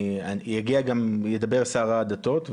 ידבר שר הדתות,